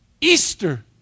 Easter